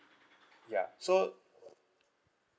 ya so